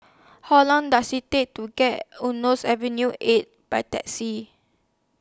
How Long Does IT Take to get to Eunos Avenue eight By Taxi